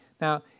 Now